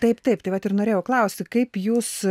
taip taip tai vat ir norėjau klausti kaip jūs